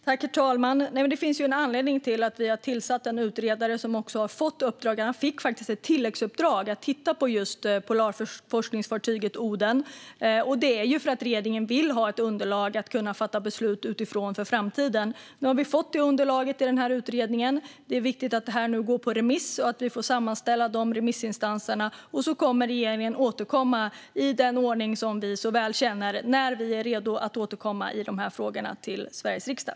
Herr talman! Det finns en anledning till att vi har tillsatt en utredare. Han fick också ett tilläggsuppdrag att titta på just polarforskningsfartyget Oden. Det är för att regeringen vill ha ett underlag att fatta beslut utifrån för framtiden. Nu har vi fått det underlaget i den här utredningen. Det är viktigt att den nu går på remiss och att vi får sammanställa remissinstansernas svar. Vi i regeringen kommer när vi är redo, enligt den ordning som vi så väl känner, att återkomma i de här frågorna till Sveriges riksdag.